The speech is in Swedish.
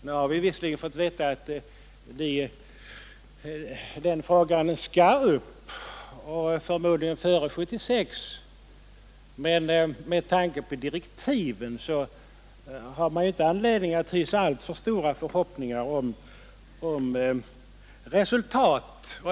Nu har vi visserligen fått veta att den frågan skall tas upp, och förmodligen före 1976, men med tanke på direktiven har man inte anledning att hysa alltför stora förhoppningar om resultat.